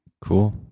Cool